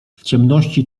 ciemności